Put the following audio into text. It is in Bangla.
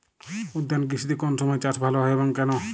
উদ্যান কৃষিতে কোন সময় চাষ ভালো হয় এবং কেনো?